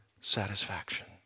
satisfaction